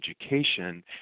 education